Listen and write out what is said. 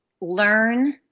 learn